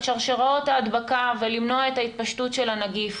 שרשראות ההדבקה ולמנוע את ההתפשטות של הנגיף,